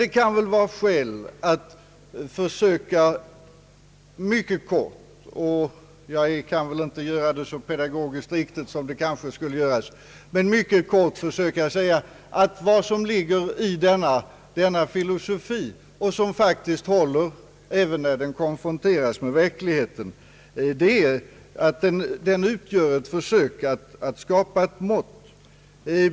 Det kan dock vara skäl att mycket kort försöka redogöra — jag kan väl inte göra det så pedagogiskt riktigt som det borde göras — för vad som ligger i denna filosofi och som håller även när den konfronteras med verkligheten. Den är ett försök ati skapa ett sådant mått som jag tidigare nämnde.